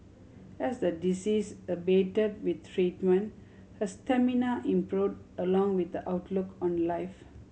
as the disease abated with treatment her stamina improved along with the outlook on life